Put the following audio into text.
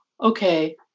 okay